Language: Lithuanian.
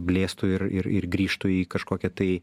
blėstų ir ir ir grįžtų į kažkokią tai